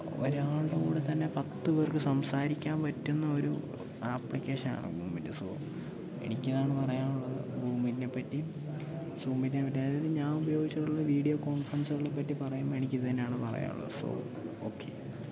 ഒരാളുടെ കൂടെ തന്നെ പത്ത് പേർക്ക് സംസാരിക്കാൻ പറ്റുന്ന ഒരു അപ്ലിക്കേഷനാണ് ഗൂഗിൾ മീറ്റ് സൊ എനിക്ക് ഇതാണ് പറയാനുള്ളത് ഗൂഗിൾ മീറ്റിനെപ്പറ്റിയും സൂം മീറ്റിനെപ്പറ്റി അതായത് ഞാൻ ഉപയോഗിച്ചു കൊണ്ടുള്ള വീഡിയോ കോൺഫറൻസുകളെപ്പറ്റി പറയുമ്പം എനിക്ക് ഇതു തന്നെയാണ് പറയാനുള്ളത് സൊ ഓക്കെ